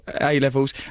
A-levels